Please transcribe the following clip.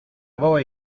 voy